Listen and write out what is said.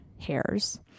hairs